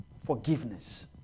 forgiveness